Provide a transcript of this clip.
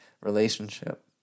relationship